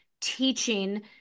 teaching